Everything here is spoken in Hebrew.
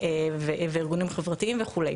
עסקיות וארגונים חברתיים וכו'.